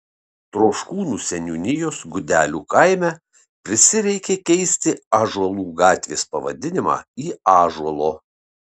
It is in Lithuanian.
troškūnų seniūnijos gudelių kaime prisireikė keisti ąžuolų gatvės pavadinimą į ąžuolo